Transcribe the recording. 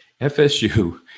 FSU